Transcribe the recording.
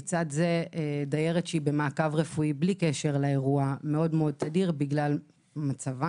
לצד זה, דיירת במעקב רפואי מאוד תדיר בגלל מצבה,